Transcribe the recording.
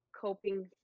coping